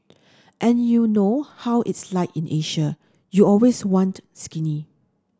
and you know how it's like in Asia you always want skinny